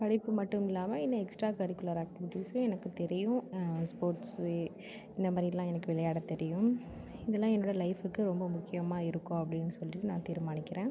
படிப்பு மட்டுமில்லாமல் இன்னும் எக்ஸ்ட்ரா கரிக்குலர் ஆக்டிவிட்டீஸும் எனக்கு தெரியும் ஸ்போர்ட்ஸு இந்த மாதிரிலாம் எனக்கு விளையாட தெரியும் இதல்லாம் என்னோட லைஃப்புக்கு ரொம்ப முக்கியமாக இருக்கும் அப்படின் சொல்லிவிட்டு நான் தீர்மானிக்கிறேன்